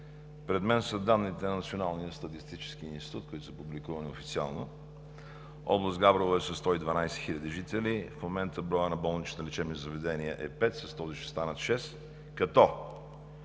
пред мен са данните на Националния статистически институт, които са публикувани официално. Област Габрово е със 112 хиляди жители – в момента броят на болничните лечебни заведения е пет, с това ще станат шест.